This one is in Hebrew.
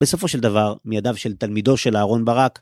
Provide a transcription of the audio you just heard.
בסופו של דבר, מידיו של תלמידו של אהרון ברק